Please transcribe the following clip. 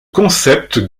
concept